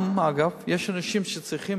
גם, אגב, יש אנשים שצריכים